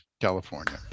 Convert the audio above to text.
california